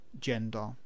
gender